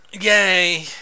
Yay